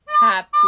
Happy